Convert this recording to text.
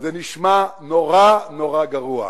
זה נשמע נורא נורא גרוע.